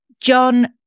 John